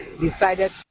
decided